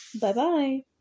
Bye-bye